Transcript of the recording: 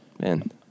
Man